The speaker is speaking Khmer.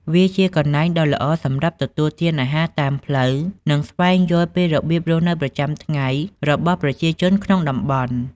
វាជាកន្លែងដ៏ល្អសម្រាប់ទទួលទានអាហារតាមផ្លូវ និងស្វែងយល់ពីរបៀបរស់នៅប្រចាំថ្ងៃរបស់ប្រជាជនក្នុងតំបន់។